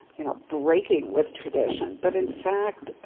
you know, breaking with tradition. but in fact,